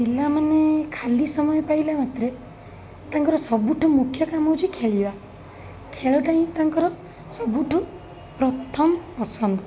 ପିଲାମାନେ ଖାଲି ସମୟ ପାଇଲାମାତ୍ରେ ତାଙ୍କର ସବୁଠୁ ମୁଖ୍ୟକାମ ହଉଛି ଖେଳିବା ଖେଳଟା ହିଁ ତାଙ୍କର ସବୁଠୁ ପ୍ରଥମ ପସନ୍ଦ